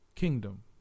Kingdom